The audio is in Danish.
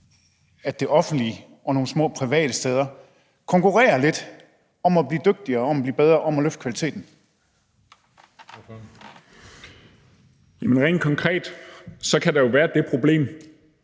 at det offentlige og nogle små private steder konkurrerer lidt om at blive dygtigere, om at blive bedre, om at løfte kvaliteten? Kl. 18:06 Den fg. formand (Christian